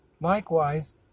Likewise